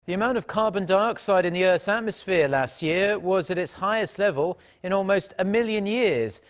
the amount of carbon dioxide in the earth's atmosphere last year was at its highest level in almost a million years.